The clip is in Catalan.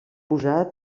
posar